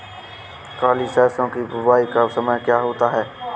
काली सरसो की बुवाई का समय क्या होता है?